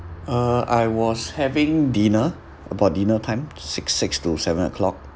uh I was having dinner about dinner time six six to seven o'clock